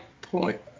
point